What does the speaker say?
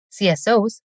CSOs